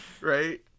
Right